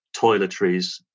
toiletries